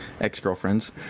ex-girlfriends